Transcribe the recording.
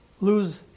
lose